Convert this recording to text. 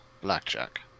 blackjack